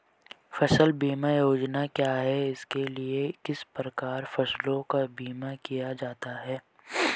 फ़सल बीमा योजना क्या है इसके लिए किस प्रकार फसलों का बीमा किया जाता है?